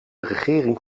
regering